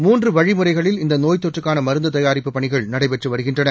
மூன்றுவழிமுறைகளில் இந்தநோய்த்தொற்றுக்கானமருந்துதயாரிப்பு பணிகள் நடைபெற்றுவருகின்றன